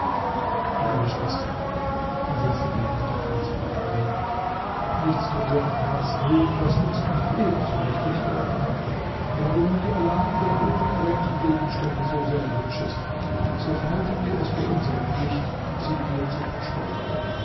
liebe schwester versetzte darauf der prinz bahman nichts kann dir am herzen liegen was uns nicht ebenso wichtig wäre da du nun die erlangung der oben erwähnten gegenstände so sehr wünschest so halten wir es für unsere pflicht sie dir zu verschaffen